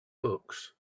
books